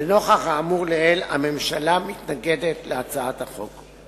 לנוכח האמור לעיל הממשלה מתנגדת להצעת החוק.